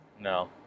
No